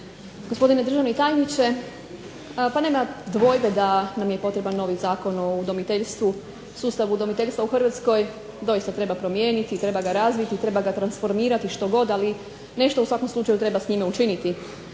gospodine državni tajniče. Pa nema dvojbe da nam je potreban novi Zakon o udomiteljstvu. Sustav udomiteljstva u Hrvatskoj doista treba promijeniti i treba ga razviti i treba ga transformirati što god, ali nešto u svakom slučaju treba s njime učiniti.